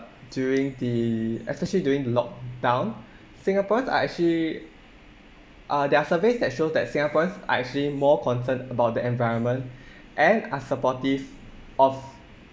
during the especially during the lockdown singaporeans are actually uh there are surveys that shows that singaporeans are actually more concerned about the environment and are supportive of